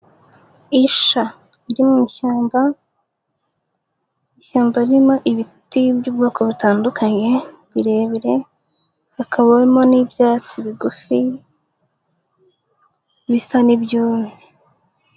Isha iri mu ishyamba, ishyamba ririmo ibiti by'ubwoko butandukanye birebire, hakaba harimo n'ibyatsi bigufi bisa n'ibyumye.